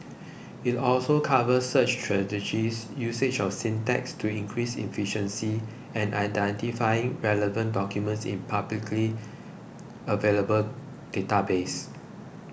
it also covers search strategies usage of syntax to increase efficiency and identifying relevant documents in publicly available databases